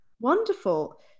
wonderful